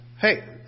Hey